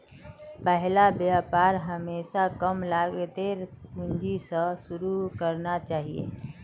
पहला व्यापार हमेशा कम लागतेर पूंजी स शुरू करना चाहिए